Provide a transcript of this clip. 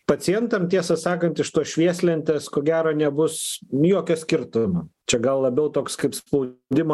pacientam tiesą sakant iš tos švieslentės ko gero nebus jokio skirtumo čia gal labiau toks kaip spaudimo